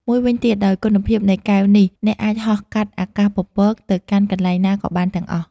មួយវិញទៀតដោយគុណភាពនៃកែវនេះ អ្នកអាចហោះកាត់អាកាសពពកទៅកាន់កន្លែងណាក៏បានទាំងអស់។